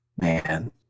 man